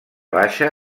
baixa